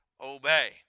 obey